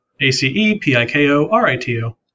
A-C-E-P-I-K-O-R-I-T-O